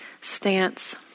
stance